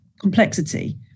complexity